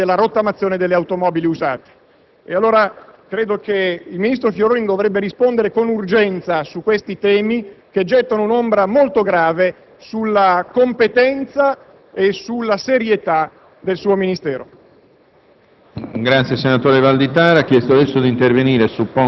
da inserire la riforma delle superiori nel decreto dove si parla della rottamazione delle automobili usate. Il ministro Fioroni dovrebbe rispondere con urgenza su questi temi che gettano un'ombra molto grave sulla competenza e serietà del suo Ministero.